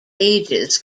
ages